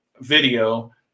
video